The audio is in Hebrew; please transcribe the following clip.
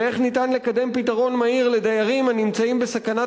ואיך אפשר לקדם פתרון מהיר לדיירים הנמצאים בסכנת